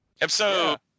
Episode